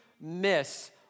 miss